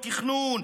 בתכנון,